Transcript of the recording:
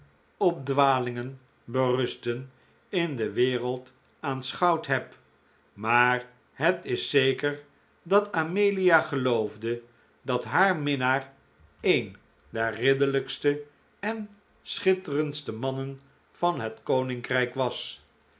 op dwalingen berusten in de wereld aanschouwd heb maar het is zeker dat amelia geloofde dat haar minnaar een der ridderlijkste en schitterendste mannen van het koninkrijk was